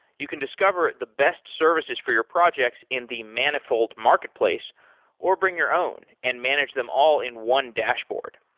you can discover the best services for your projects in the manifold marketplace or bring your own and manage them all in one dashboard.